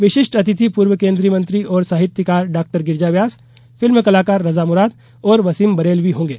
विशिष्ट अतिथि पूर्व केन्द्रीय मंत्री और साहित्यकार डॉ गिरिजा व्यास फिल्म कलाकार रजा मुराद और वसीम बरेलवी होंगे